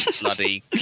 bloody